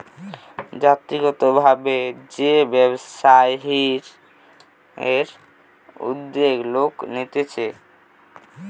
জাতিগত ভাবে যে ব্যবসায়ের উদ্যোগ লোক নিতেছে